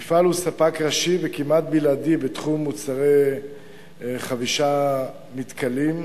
המפעל הוא ספק ראשי וכמעט בלעדי בתחום מוצרי חבישה מתכלים,